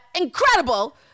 incredible